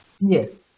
Yes